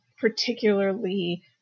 particularly